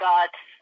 God's